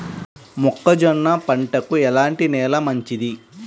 మొక్క జొన్న పంటకు ఎలాంటి నేల మంచిది?